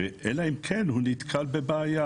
אלא אם כן הוא נתקל בבעיה.